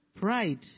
pride